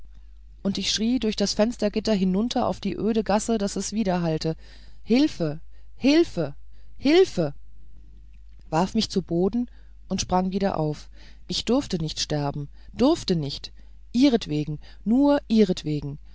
und ich schrie durch das fenstergitter hinunter auf die öde gasse daß es widerhallte hilfe hilfe hilfe warf mich zu boden und sprang wieder auf ich durfte nicht sterben durfte nicht ihretwegen nur ihretwegen